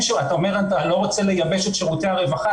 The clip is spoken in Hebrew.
אתה לא רוצה לייבש את שירותי הרווחה?